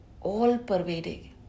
all-pervading